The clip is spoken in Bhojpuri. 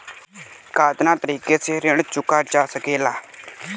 कातना तरीके से ऋण चुका जा सेकला?